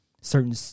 certain